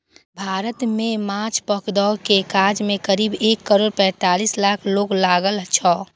भारत मे माछ पकड़ै के काज मे करीब एक करोड़ पैंतालीस लाख लोक लागल छै